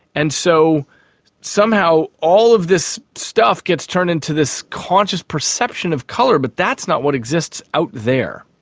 and so somehow all of this stuff gets turned into this conscious perception of colour, but that's not what exists out there.